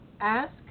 ask